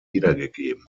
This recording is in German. wiedergegeben